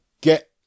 get